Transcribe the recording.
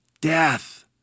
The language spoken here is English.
death